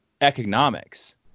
economics